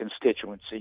constituency